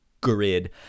grid